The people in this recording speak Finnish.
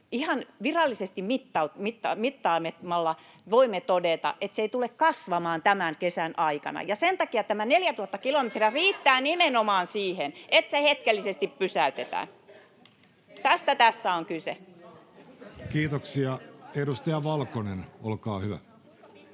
ihan virallisesti mittaamalla voimme todeta, että se ei tule kasvamaan tämän kesän aikana, ja sen takia tämä neljätuhatta kilometriä riittää nimenomaan siihen, [Krista Kiurun välihuuto] että se hetkellisesti pysäytetään. Tästä tässä on kyse. [Juho Eerola: Kasvu